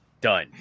done